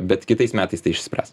bet kitais metais tai išsispręs